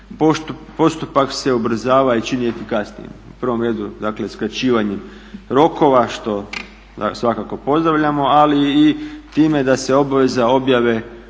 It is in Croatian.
Postupak se ubrzava i čini efikasnijim. U prvom redu dakle skraćivanjem rokova što svakako pozdravljamo ali i time da se obaveza objave